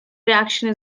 reaction